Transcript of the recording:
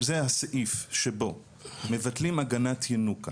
זה הסעיף שבו מבטלים הגנת ינוקא